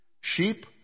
Sheep